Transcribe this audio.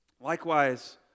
Likewise